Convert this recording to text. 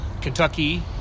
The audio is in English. Kentucky